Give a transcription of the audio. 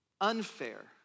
unfair